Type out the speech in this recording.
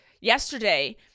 yesterday